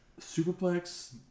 superplex